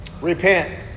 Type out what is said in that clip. Repent